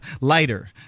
lighter